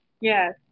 Yes